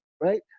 right